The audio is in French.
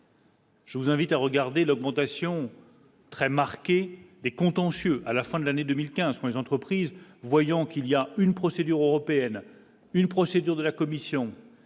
Je vous invite à regarder l'augmentation très marquée des contentieux à la fin de l'année 2015, les entreprises voyant qu'il y a une procédure européenne, une procédure de la commission